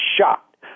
shocked